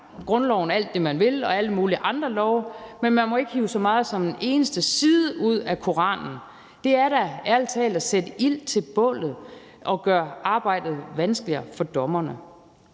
grundloven og alle mulige andre love alt det, man vil, men man må ikke hive så meget som en eneste side ud af Koranen. Det er da ærlig talt at sætte ild til bålet og gøre arbejdet vanskeligere for dommerne.